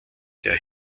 der